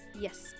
Yes